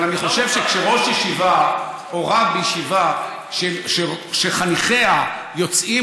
אבל אני חושב שכשראש ישיבה או רב ישיבה שחניכיה יוצאים